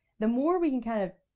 the more we can kind of,